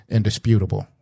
Indisputable